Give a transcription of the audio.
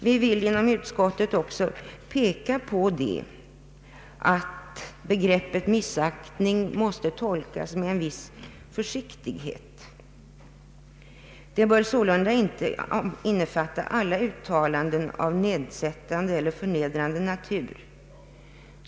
Utskottsmajoriteten vill också peka på att begreppet missaktning måste tolkas med en viss försiktighet. Det bör sålunda inte innefatta alla uttalanden av nedsättande eller förnedrande natur.